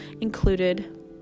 included